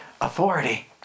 authority